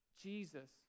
Jesus